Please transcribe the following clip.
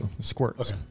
squirts